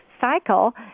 cycle